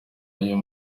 uyu